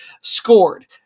Scored